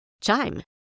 Chime